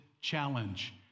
challenge